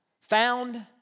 Found